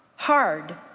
hard,